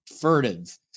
furtive